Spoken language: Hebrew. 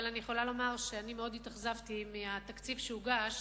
אבל אני יכולה לומר שאני מאוד התאכזבתי מהתקציב שיוגש